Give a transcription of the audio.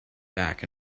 back